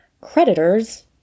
creditors